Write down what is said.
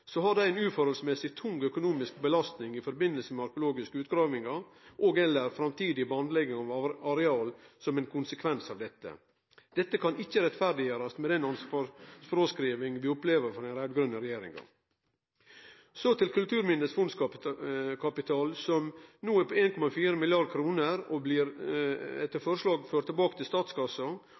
har dei ei uforholdsmessig tung økonomisk belastning i forbindelse med arkeologiske utgravingar og/eller framtidig bandlegging av areal som ein konsekvens av dette. Dette kan ikkje rettferdiggjerast med den ansvarsfråskrivinga vi opplever frå den raud-grøne regjeringa. Så til Kulturminnefondets fondskapital, som no er på 1,4 mrd. kr. Den blir etter forslag ført tilbake til statskassa,